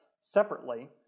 separately